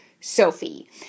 sophie